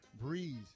breeze